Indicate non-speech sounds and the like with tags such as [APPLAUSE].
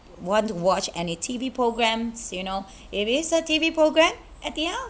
want to watch any T_V programmes you know [BREATH] it is a T_V programme at the end of